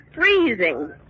freezing